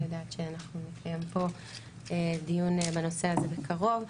אני יודעת שאנחנו נקיים פה דיון בנושא הזה בקרוב.